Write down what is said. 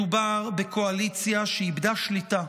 מדובר בקואליציה שאיבדה שליטה.